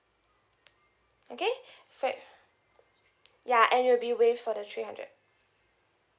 okay fe~ ya and you'll be waived for the three hundred